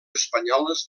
espanyoles